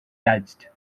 detached